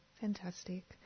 Fantastic